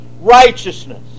righteousness